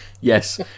Yes